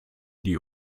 die